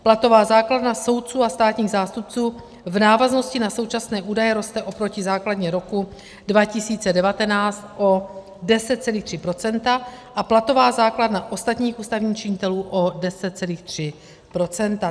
Platová základna soudců a státních zástupců v návaznosti na současné údaje roste oproti základně roku 2019 o 10,3 % a platová základna ostatních ústavních činitelů o 10,3 %.